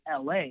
la